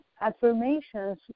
affirmations